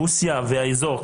רוסיה והאזור.